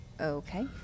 okay